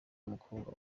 umukobwa